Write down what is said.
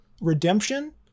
redemption